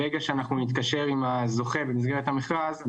ברגע שאנחנו נתקשר עם הזוכה במסגרת המכרז,